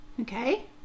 Okay